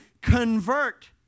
convert